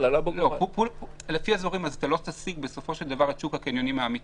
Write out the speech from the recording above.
לא תשיג את שוק הקניונים האמיתי.